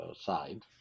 side